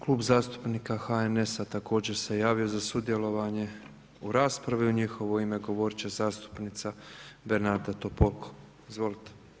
Klub zastupnika HNS-a također se javio za sudjelovanje u raspravi, u njihovo ime govorit će zastupnica Bernarda Topolko, izvolite.